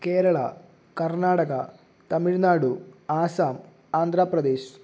Kerala Karnataka Tamil Nadu Assam Andhra Pradesh